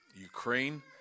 Ukraine